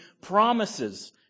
promises